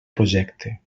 projecte